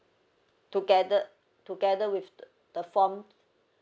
together together with the form